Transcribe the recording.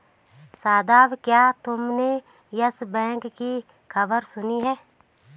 शादाब, क्या तुमने yes bank की खबर सुनी है?